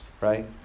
Right